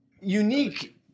unique